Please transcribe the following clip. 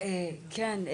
כן.